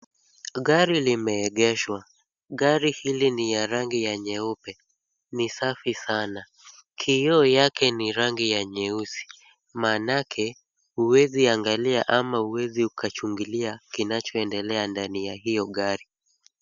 Gari limeegeshwa, gari hili ni ya gari nyeupe ni safi sana. Kioo yake ni rangi ya nyeusi manake huwezi angalia ama huwezi ukachungulia kinachoendelea ndani ya iyo gari.